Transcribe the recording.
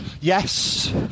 Yes